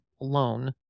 loan